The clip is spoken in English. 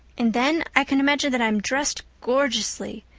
and then i can imagine that i'm dressed gorgeously.